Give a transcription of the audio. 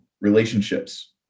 relationships